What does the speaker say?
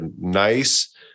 nice